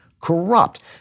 corrupt